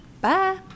Bye